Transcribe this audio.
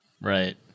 right